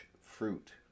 fruit